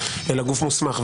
אלא גוף מוסמך.